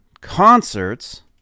Concerts